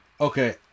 Okay